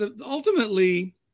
ultimately